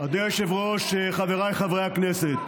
אדוני היושב-ראש, חבריי חברי הכנסת,